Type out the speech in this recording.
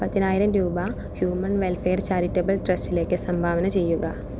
പതിനായിരം രൂപ human welfare charitable ട്രസ്റ്റിലേക്ക് സംഭാവന ചെയ്യുക